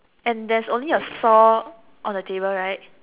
and there's only a saw on the table right